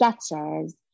sketches